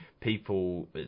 people